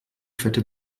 fette